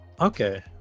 Okay